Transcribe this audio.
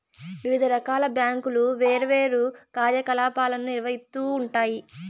వివిధ రకాల బ్యాంకులు వేర్వేరు కార్యకలాపాలను నిర్వహిత్తూ ఉంటాయి